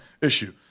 issue